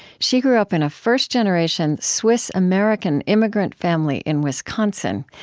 she grew up in a first-generation swiss-american immigrant family in wisconsin,